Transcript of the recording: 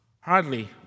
Hardly